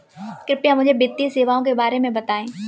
कृपया मुझे वित्तीय सेवाओं के बारे में बताएँ?